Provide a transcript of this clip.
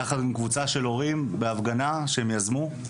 יחד עם קבוצה של הורים בהפגנה שהם יזמו.